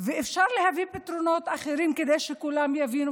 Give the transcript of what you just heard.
ואפשר להביא פתרונות אחרים כדי שכולם יבינו,